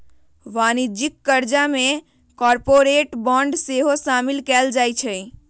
वाणिज्यिक करजा में कॉरपोरेट बॉन्ड सेहो सामिल कएल जाइ छइ